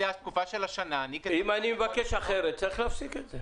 אם אני מבקש אחרת, צריך להפסיק את זה.